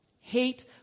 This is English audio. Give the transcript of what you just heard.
Hate